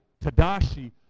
Tadashi